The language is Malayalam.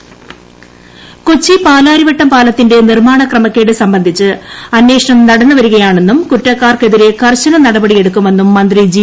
സുധാകരൻ കൊച്ചി പാലാരിവട്ടം പാലത്തിന്റെ നിർമാണ ക്രമക്കേട് സംബന്ധിച്ച് അന്വേഷണം നടന്നുവരികയാണെന്നും കുറ്റക്കാർക്കെതിരെ കർശന നടപടി എടുക്കുമെന്നും മന്ത്രി ജി